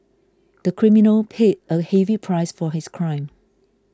the criminal paid a heavy price for his crime